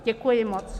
Děkuji moc.